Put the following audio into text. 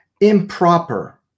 improper